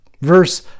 Verse